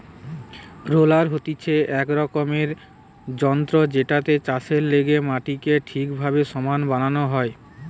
roller হতিছে এক রকমের যন্ত্র জেটাতে চাষের লেগে মাটিকে ঠিকভাবে সমান বানানো হয়